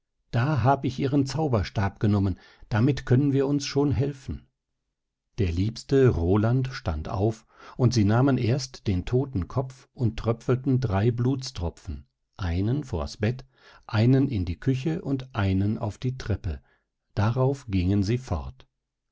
da hab ich ihren zauberstab genommen damit können wir uns schon helfen der liebste roland stand auf und sie nahmen erst den todten kopf und tröpfelten drei blutstropfen einen vors bett einen in die küche und einen auf die treppe darauf gingen sie fort